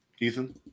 Ethan